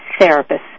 Therapist